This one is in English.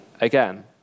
again